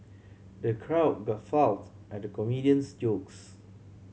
the crowd guffawed at the comedian's jokes